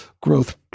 growth